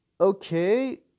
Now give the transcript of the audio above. Okay